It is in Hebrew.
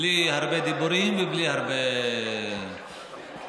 בלי הרבה דיבורים ובלי הרבה קשקושים.